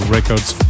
Records